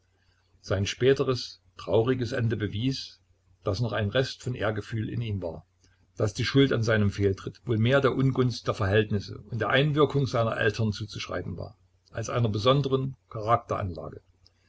sein späteres trauriges ende bewies daß noch ein rest von ehrgefühl in ihm war daß die schuld an seinem fehltritt wohl mehr der ungunst der verhältnisse und der einwirkung seiner eltern zuzuschreiben war als einer besonderen